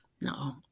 No